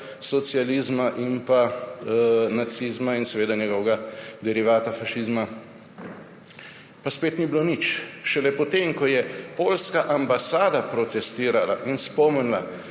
socializma in nacizma in njegovega derivata fašizma, pa spet ni bilo nič. Šele potem ko je Poljska ambasada protestirala in spomnila